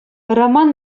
роман